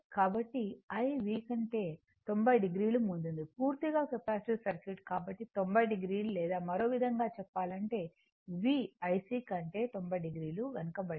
కాబట్టి i V కంటే 90 o ముందుంది పూర్తిగా కెపాసిటివ్ సర్క్యూట్ కాబట్టి 90 o లేదా మరో విధంగా చెప్పాలంటే V IC కంటే 90 o వెనుక బడింది